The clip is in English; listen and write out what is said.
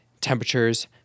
temperatures